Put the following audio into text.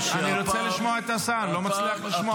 אני רוצה לשמוע את השר, אני לא מצליח לשמוע.